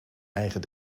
eigen